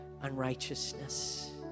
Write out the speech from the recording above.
unrighteousness